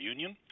Union